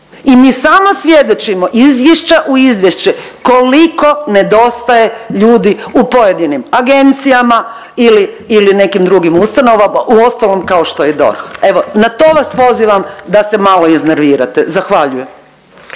I mi samo svjedočimo izvješća u izvješće koliko nedostaje ljudi u pojedinim agencijama ili, ili nekim drugim ustanovama uostalom kao što je i DORH. Evo na to vas pozivam da se malo iznervirate. Zahvaljujem.